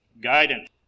guidance